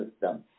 system